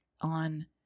on